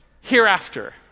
hereafter